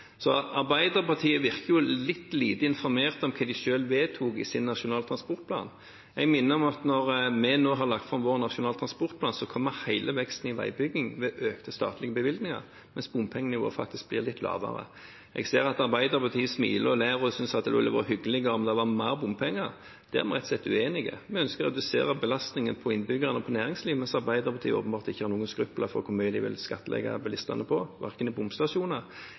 Så Arbeiderpartiet virker litt lite informert om hva de selv vedtok i sin nasjonale transportplan. Jeg minner om at når vi nå har lagt fram vår nasjonale transportplan, kommer hele veksten i veibyggingen ved økte statlige bevilgninger, mens bompengenivået faktisk blir litt lavere. Jeg ser at Arbeiderpartiet smiler og ler og synes at det ville være hyggeligere om det var mer bompenger. Der er vi rett og slett uenige. Vi ønsker å redusere belastningen for innbyggerne og næringslivet, mens Arbeiderpartiet åpenbart ikke har noen skrupler for hvor mye de vil skattlegge bilistene for, verken i bomstasjoner